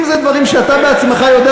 אם אלו דברים שאתה בעצמך יודע,